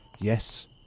Yes